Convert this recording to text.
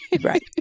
Right